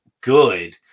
good